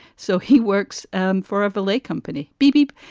so he works um for a valet company, beebee.